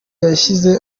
yashyize